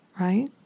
right